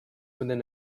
within